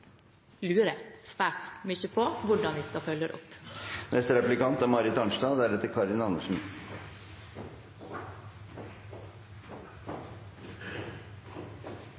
lurer svært på hvordan vi skal følge det opp.